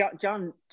John